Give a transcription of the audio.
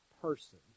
person